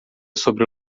sobre